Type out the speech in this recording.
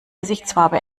gesichtsfarbe